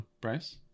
Bryce